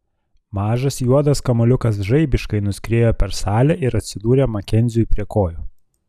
mažas juodas kamuoliukas žaibiškai nuskriejo per salę ir atsidūrė makenziui prie kojų